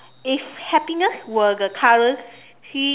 if happiness were the currency